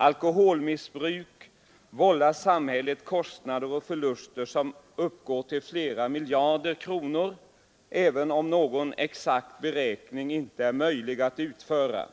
Alkoholmissbruket vållar samhället kostnader och förluster som uppgår till flera miljarder kronor, även om någon exakt beräkning inte är möjlig att utföra.